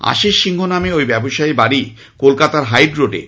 আশিস সিংহ নামে ঐ ব্যবসায়ীর বাড়ী কলকাতার হাইড রোডে